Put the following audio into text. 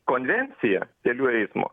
konvencija kelių eismo